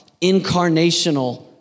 incarnational